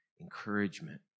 encouragement